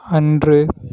அன்று